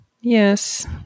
yes